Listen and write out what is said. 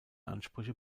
ansprüche